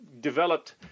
developed